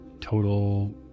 total